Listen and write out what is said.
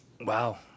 wow